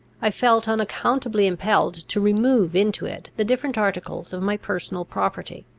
i felt unaccountably impelled to remove into it the different articles of my personal property.